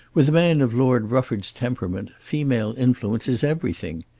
with a man of lord rufford's temperament female influence is everything.